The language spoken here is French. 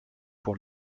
pour